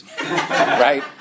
right